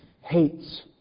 hates